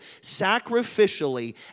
sacrificially